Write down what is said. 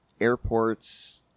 airports